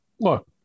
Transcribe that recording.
look